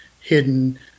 hidden